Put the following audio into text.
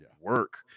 work